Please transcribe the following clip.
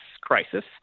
crisis